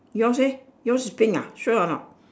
yours eh yours is pink ah sure or not